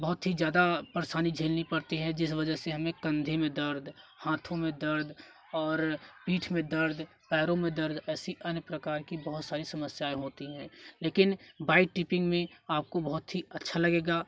बहुत ही ज़्यादा परेशानी झेलनी पड़ती है जिस वजह से हमें कंधे में दर्द हाँथों में दर्द और पीठ में दर्द पैरों में दर्द ऐसी अन्य प्रकार की बहुत सारी समस्याएँ होती हैं लेकिन बाइक ट्रिपिंग में आपको बहुत ही अच्छा लगेगा